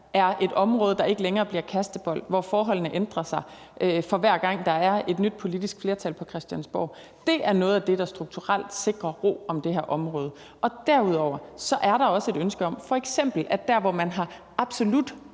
er et område, der ikke længere bliver en kastebold, og hvor forholdene ikke ændrer sig, hver gang der er et nyt politisk flertal på Christiansborg. Det er noget af det, der strukturelt sikrer ro om det her område. Derudover er der også et ønske om, at der, hvor man f.eks.